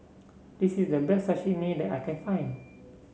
this is the best Sashimi that I can find